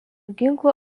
ginklų